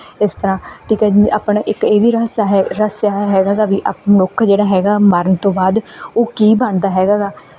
ਇਸ ਤਰ੍ਹਾਂ ਠੀਕ ਹੈ ਆਪਣਾ ਇੱਕ ਇਹ ਵੀ ਰਹੱਸ ਹੈ ਰਹੱਸ ਹੈਗਾ ਗਾ ਵੀ ਮਨੁੱਖ ਜਿਹੜਾ ਹੈਗਾ ਮਰਨ ਤੋਂ ਬਾਅਦ ਉਹ ਕੀ ਬਣਦਾ ਹੈਗਾ ਗਾ